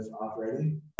operating